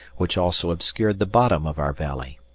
which also obscured the bottom of our valley.